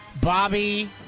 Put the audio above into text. Bobby